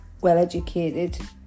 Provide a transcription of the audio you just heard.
well-educated